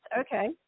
Okay